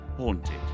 Haunted